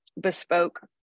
bespoke